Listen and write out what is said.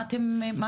מה